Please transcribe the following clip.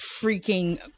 freaking